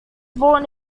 born